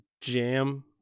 jam